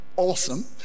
Awesome